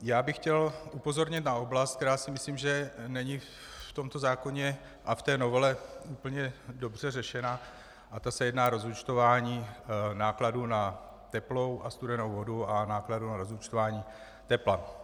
Já bych chtěl upozornit na oblast, která si myslím, že není v tomto zákoně a v té novele úplně dobře řešena, a to se jedná o rozúčtování nákladů na teplou a studenou vodu a nákladů na rozúčtování tepla.